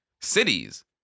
cities